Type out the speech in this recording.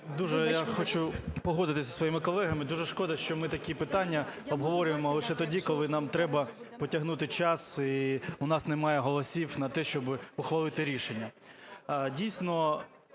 Дякую. Я хочу погодитися зі своїми колегами. Дуже шкода, що ми такі питання обговорюємо лише тоді, коли нам треба потягнути час, і у нас немає голосів на те, щоби ухвалити рішення. Дійсно,